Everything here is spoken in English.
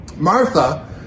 Martha